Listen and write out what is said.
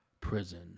prison